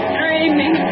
dreaming